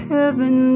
Heaven